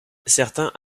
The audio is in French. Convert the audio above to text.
certains